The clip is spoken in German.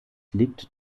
liegt